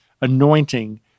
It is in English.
anointing